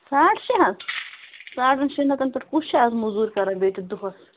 ساڑ شیٚے ہتھ ساڑَن شیٚن ہَتَن پٮ۪ٹھ کُس چھُ آز موٚزوٗرۍ کران بیٚیہِ تہِ دۄہَس